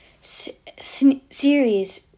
series